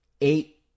eight